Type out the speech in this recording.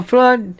Flood